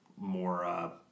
more